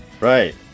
Right